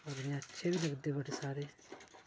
एह् इयां अच्छे बी लगदे बडे़ सारे